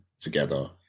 together